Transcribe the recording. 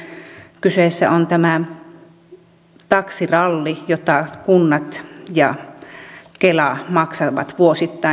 nimittäin kyseessä on tämä taksiralli jota kunnat ja kela maksavat vuosittain